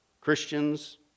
Christians